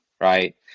Right